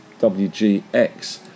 WGX